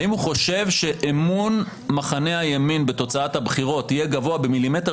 האם מישהו חושב שאמון מחנה הימין בתוצאת הבחירות יהיה גבוה במילימטר